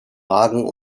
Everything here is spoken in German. magen